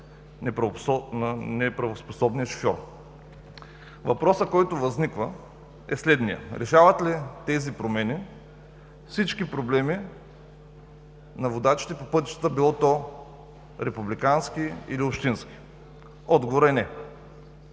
на неправоспособния шофьор. Въпросът, който възниква, е следният: решават ли тези промени всички проблеми на водачите по пътищата – било републикански, или общински? Отговорът е